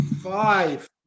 Five